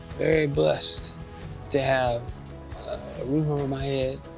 very blessed to have a roof over my head,